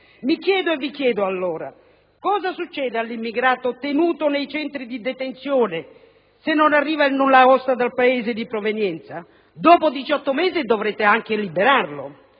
Mi chiedo e vi chiedo, allora: cosa succede all'immigrato tenuto nei centri di detenzione se non arriva il nullaosta dal Paese di provenienza? Dopo 18 mesi dovrete anche liberarlo.